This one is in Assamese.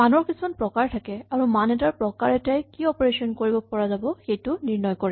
মানৰ কিছুমান প্ৰকাৰ থাকে আৰু মান এটাৰ প্ৰকাৰ এটাই কি অপাৰেচন কৰিব পৰা যাব সেইটো নিৰ্ণয় কৰে